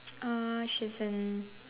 uh she's in